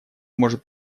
может